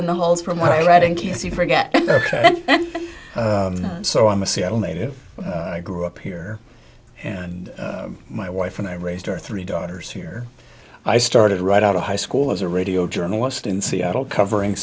in the holes from what i read in case you forgot and so i'm a cellmate if i grew up here and my wife and i raised our three daughters here i started right out of high school as a radio journalist in seattle covering